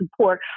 support